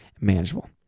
manageable